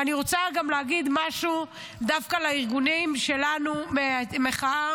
ואני רוצה גם להגיד משהו דווקא לארגונים שלנו מהמחאה,